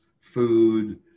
food